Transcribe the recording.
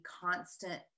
constant